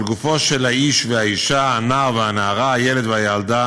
על גוף האיש והאישה, הנער והנערה, הילד והילדה